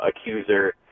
accuser